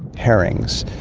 herrings.